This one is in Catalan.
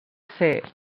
ser